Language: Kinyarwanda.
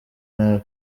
nabi